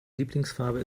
lieblingsfarbe